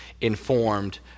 informed